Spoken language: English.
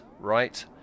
right